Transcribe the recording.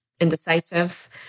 indecisive